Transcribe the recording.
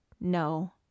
no